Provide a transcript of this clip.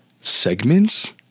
segments